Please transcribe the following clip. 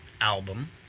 album